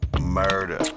Murder